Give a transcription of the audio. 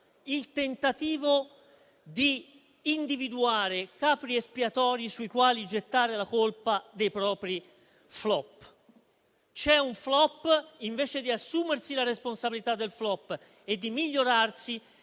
il tentativo di individuare dei capri espiatori sui quali gettare la colpa dei propri *flop*. C'è un *flop*? Invece di assumersene la responsabilità e di migliorarsi,